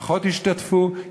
פחות ישתתפו,